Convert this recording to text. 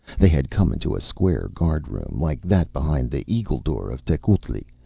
they had come into a square guardroom, like that behind the eagle door of tecuhltli,